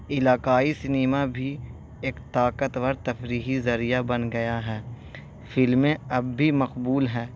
علاقائی سنیما بھی ایک طاقتور تفریحی ذریعہ بن گیا ہے فلمیں اب بھی مقبول ہیں